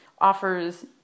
offers